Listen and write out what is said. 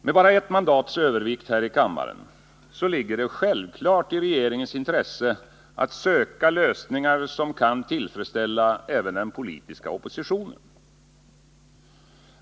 Med bara ett mandats övervikt här i kammaren ligger det självklart i regeringens intresse att söka lösningar, som kan tillfredsställa även den politiska oppositionen.